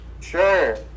Sure